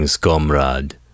comrade